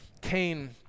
Cain